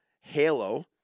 Halo